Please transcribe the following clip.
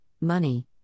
money